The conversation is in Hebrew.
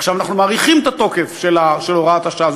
עכשיו אנחנו מאריכים את התוקף של הוראת השעה.